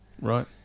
Right